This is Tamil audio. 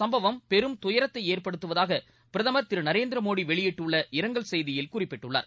சம்பவம் பெரும் இந்த துயரத்தை ஏற்படுத்துவதாக பிரதமர் திரு நரேந்திரமோடி வெளியிட்டுள்ள இரங்கல் செய்தியில் குறிப்பிட்டுள்ளார்